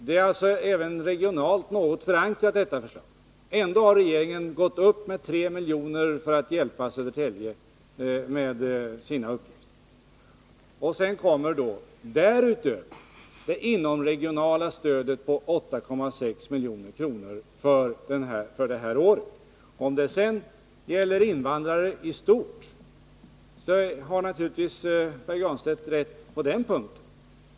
Detta förslag är alltså något förankrat även regionalt. Ändå har regeringen beviljat ett bidrag på 3 milj.kr. för att hjälpa Södertälje att lösa sina uppgifter. Till detta kommer det inomregionala stödet på 8,6 milj.kr. för detta år. Pär Granstedt har naturligtvis rätt i att det gäller invandrare i stort.